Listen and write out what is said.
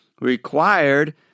required